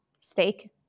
steak